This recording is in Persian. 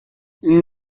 این